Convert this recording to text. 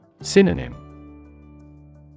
Synonym